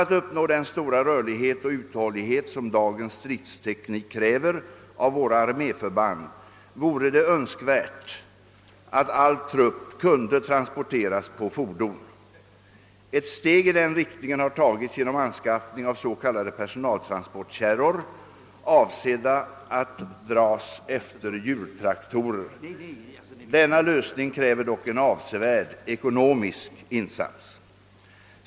att uppnå den stora rörlighet och uthållighet som dagens stridsteknik kräver av våra arméförband vore det önskvärt. att all trupp kunde transporteras på fordon. Ett steg i den riktningen har tagits genom anskaffning av s.k. personaltransportkärror avsedda att dras efter. hjultraktorer. Denna lösning kräver dock. ..en avsevärd ekonomisk insats.